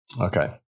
Okay